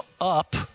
Up